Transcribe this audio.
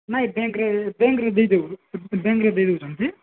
ନାହିଁ ବ୍ୟାଙ୍କ୍ରେ ବ୍ୟାଙ୍କ୍ରେ ଦେଇଦେବୁ ବ୍ୟାଙ୍କ୍ରେ ଦେଇ ଦେଉଛନ୍ତି